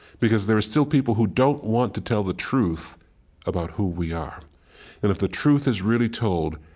because there are still people who don't want to tell the truth about who we are and if the truth is really told,